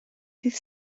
ddydd